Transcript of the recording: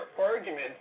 argument